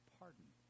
pardon